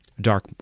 Dark